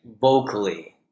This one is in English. vocally